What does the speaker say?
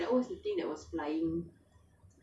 true